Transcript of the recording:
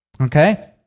Okay